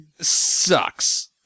sucks